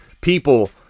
people